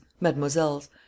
Mademoiselle's